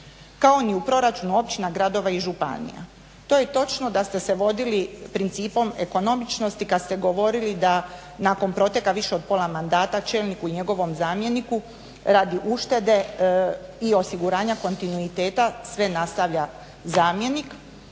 kao ni u proračunu općina, gradova i županija. To je točno da ste se vodili principom ekonomičnosti kad ste govorili da nakon proteka više od pola mandata čelniku i njegovom zamjeniku radi uštede i osiguranja kontinuiteta sve nastavlja zamjenik,